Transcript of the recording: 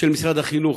ושל משרד החינוך,